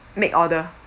make order